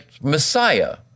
Messiah